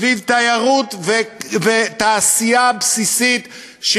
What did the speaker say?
סביב תיירות ותעשייה בסיסית,